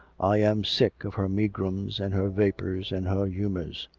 i am sick of her megrims and her vapours and her humours.